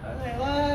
I'm like what